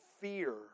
fear